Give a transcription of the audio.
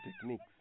techniques